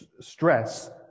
stress